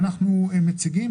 ואנחנו מציגים.